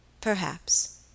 Perhaps